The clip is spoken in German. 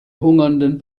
hungernden